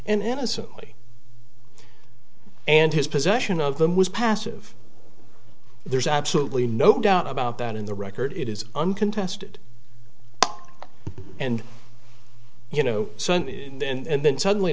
and innocently and his possession of them was passive there's absolutely no doubt about that in the record it is uncontested and you know so and then suddenly